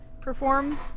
performs